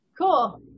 Cool